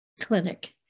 clinic